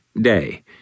Day